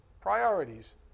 priorities